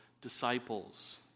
disciples